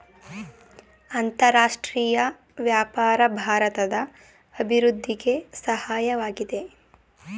ಅಂತರರಾಷ್ಟ್ರೀಯ ವ್ಯಾಪಾರ ಭಾರತದ ಅಭಿವೃದ್ಧಿಗೆ ಸಹಾಯವಾಗಿದೆ